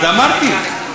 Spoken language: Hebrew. אמרתי.